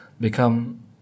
become